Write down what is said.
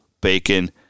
bacon